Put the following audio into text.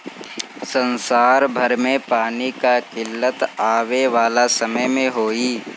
संसार भर में पानी कअ किल्लत आवे वाला समय में होई